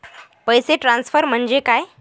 पैसे ट्रान्सफर म्हणजे काय?